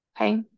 Okay